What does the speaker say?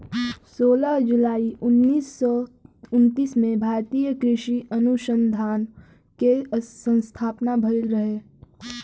सोलह जुलाई उन्नीस सौ उनतीस में भारतीय कृषि अनुसंधान के स्थापना भईल रहे